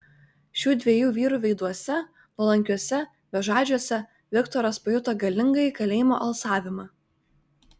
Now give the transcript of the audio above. šių dviejų vyrų veiduose nuolankiuose bežadžiuose viktoras pajuto galingąjį kalėjimo alsavimą